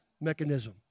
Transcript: mechanism